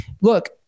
look